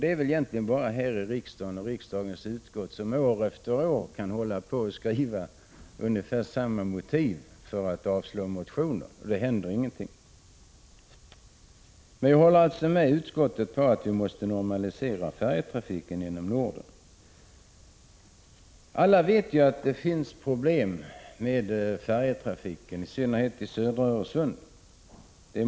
Det är väl egentligen bara riksdagen och riksdagens utskott som år efter år kan skriva i det närmaste samma motiv för att avslå motioner — och ingenting händer. Men jag håller med utskottet om att vi måste normalisera färjetrafiken inom Norden. Alla vet att det finns problem med färjetrafiken, i synnerhet i södra Öresund.